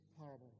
parable